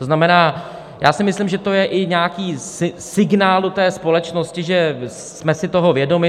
To znamená, já si myslím, že to je i nějaký signál do společnosti, že jsme si toho vědomi.